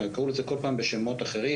קראו לזה כל פעם בשמות אחרים,